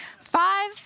Five